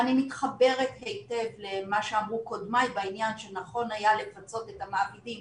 ואני מתחברת היטב למה שאמרו קודמיי בעניין שנכון היה לפצות את המעבידים